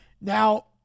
Now